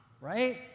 right